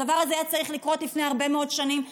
הדבר הזה היה צריך לקרות לפני הרבה מאוד שנים,